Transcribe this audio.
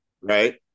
right